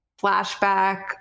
flashback